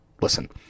Listen